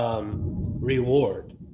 Reward